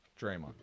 Draymond